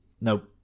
Nope